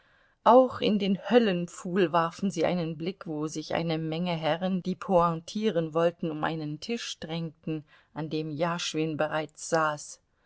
auch in den höllenpfuhl warfen sie einen blick wo sich eine menge herren die pointieren wollten um einen tisch drängten an dem jaschwin bereits saß